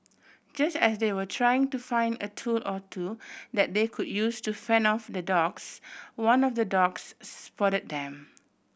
just as they were trying to find a tool or two that they could use to fend off the dogs one of the dogs spot them